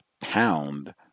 pound